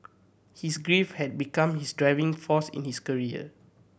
his grief had become his driving force in his career